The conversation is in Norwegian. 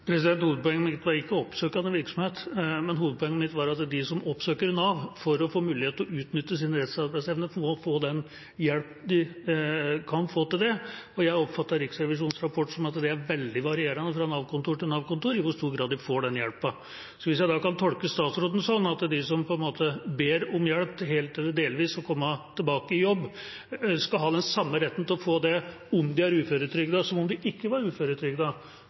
å utnytte sin restarbeidsevne, må få den hjelpen de kan få til det. Jeg oppfatter av Riksrevisjonens rapport at det er veldig varierende fra Nav-kontor til Nav-kontor i hvor stor grad de får den hjelpen. Hvis jeg kan tolke statsråden sånn at de som ber om hjelp til helt eller delvis å komme tilbake i jobb, skal ha den samme retten til å få det om de er uføretrygdet, som om de ikke var